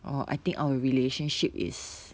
orh I think our relationship is